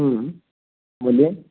बोलिए